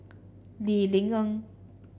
Lee Ling Yen